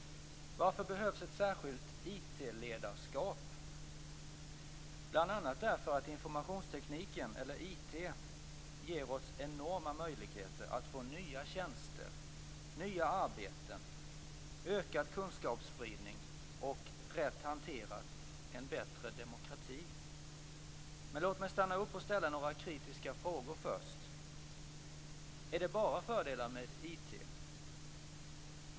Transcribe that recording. Varför behövs ett särskilt IT-ledarskap? Jo, bl.a. därför att informationstekniken, eller IT, ger oss enorma möjligheter att få nya tjänster, nya arbeten, ökad kunskapsspridning och, rätt hanterad, en bättre demokrati. Men låt mig först stanna upp och ställa några kritiska frågor. Är det bara fördelar med IT?